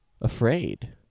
afraid